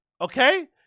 Okay